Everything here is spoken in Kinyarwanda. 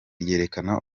ryerekana